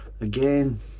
again